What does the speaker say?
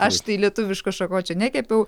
aš tai lietuviško šakočio nekepiau